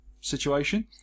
situation